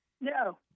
No